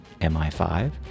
MI5